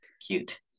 Cute